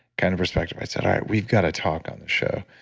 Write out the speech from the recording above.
kind of perspective, i said, all right, we've got to talk on the show.